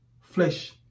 Flesh